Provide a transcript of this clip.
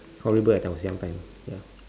horrible that time when I was young time ya